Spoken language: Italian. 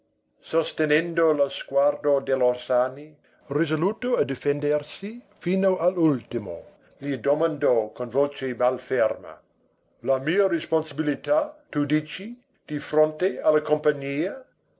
sostenendo lo sguardo dell'orsani risoluto a difendersi fino all'ultimo gli domandò con voce mal ferma la mia responsabilità tu dici di fronte alla compagnia